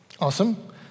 Awesome